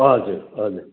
हजुर हजुर